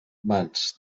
mans